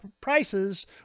prices